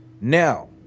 Now